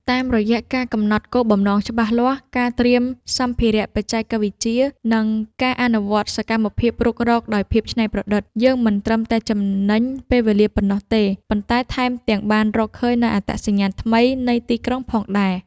តាមរយៈការកំណត់គោលបំណងច្បាស់លាស់ ការត្រៀមសម្ភារៈបច្ចេកវិទ្យា និងការអនុវត្តសកម្មភាពរុករកដោយភាពច្នៃប្រឌិត យើងមិនត្រឹមតែចំណេញពេលវេលាប៉ុណ្ណោះទេ ប៉ុន្តែថែមទាំងបានរកឃើញនូវ អត្តសញ្ញាណថ្មីនៃទីក្រុងផងដែរ។